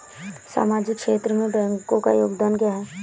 सामाजिक क्षेत्र में बैंकों का योगदान क्या है?